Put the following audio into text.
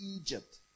Egypt